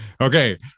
Okay